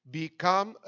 become